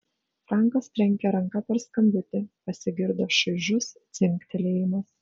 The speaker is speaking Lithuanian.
frankas trenkė ranka per skambutį pasigirdo šaižus dzingtelėjimas